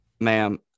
ma'am